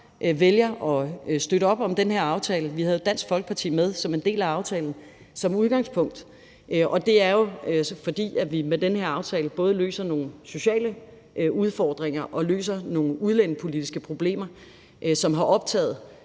vælger at støtte op om den her aftale. Vi havde jo Dansk Folkeparti med som en del af aftalen som udgangspunkt, og det er jo, fordi vi med den her aftale både løser nogle sociale udfordringer og løser nogle udlændingepolitiske problemer, som har optaget